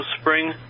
Spring